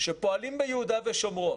שפועלים ביהודה ושומרון,